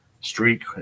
streak